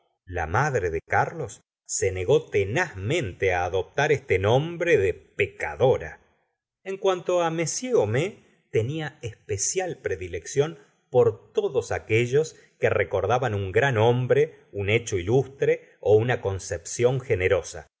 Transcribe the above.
la madre de carlos se negó tenazmente adoptar este nombre de pecadora en cuanto m homais tenia especial predilección por todos aquellos que recordaban un gran hombre un hecho ilustre una concepción generosa